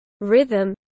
rhythm